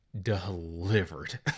delivered